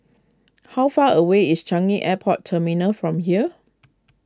how far away is Changi Airport Terminal from here